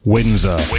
Windsor